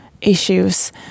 issues